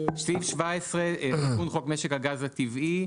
17 תיקון חוק משק הגז הטבעי,